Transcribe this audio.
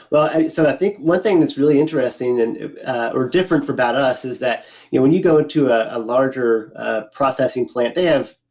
well so i think one thing that's really interesting and or different about but us is that you know when you go to a ah larger ah processing plant they have,